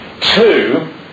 two